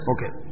Okay